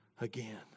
again